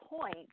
point